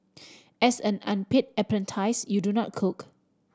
as an unpaid apprentice you do not cook